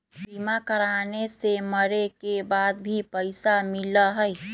बीमा कराने से मरे के बाद भी पईसा मिलहई?